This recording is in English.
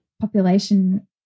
population